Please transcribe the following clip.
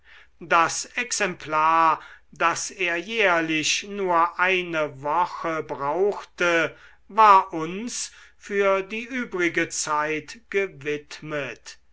das exemplar das er jährlich nur eine woche brauchte war uns für die übrige zeit gewidmet